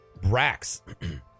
Brax